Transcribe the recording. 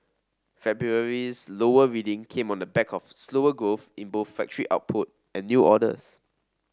February's lower reading came on the back of slower growth in both factory output and new orders